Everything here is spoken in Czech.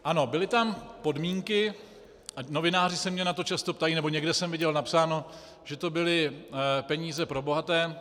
Ano, byly tam podmínky, novináři se mě na to často ptají, nebo někde jsem viděl napsáno, že to byly peníze pro bohaté.